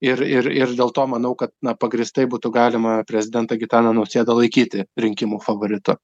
ir ir ir dėl to manau kad na pagrįstai būtų galima prezidentą gitaną nausėdą laikyti rinkimų favoritu